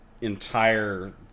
entire